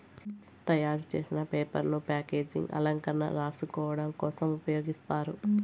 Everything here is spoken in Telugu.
తయారు చేసిన పేపర్ ను ప్యాకేజింగ్, అలంకరణ, రాసుకోడం కోసం ఉపయోగిస్తారు